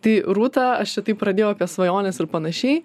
tai rūta aš čia taip pradėjau apie svajones ir panašiai